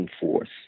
force